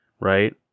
right